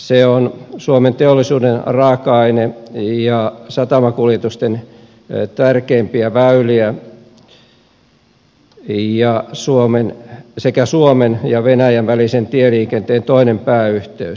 se on suomen teollisuuden raaka aine ja satamakuljetusten tärkeimpiä väyliä sekä suomen ja venäjän välisen tieliikenteen toinen pääyhteys